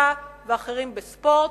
במוזיקה ואחרים בספורט,